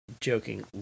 joking